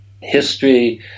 history